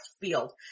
field